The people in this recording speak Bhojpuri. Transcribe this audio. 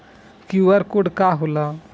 क्यू.आर कोड का होला?